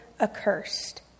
accursed